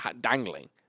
dangling